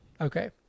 Okay